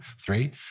three